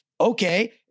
Okay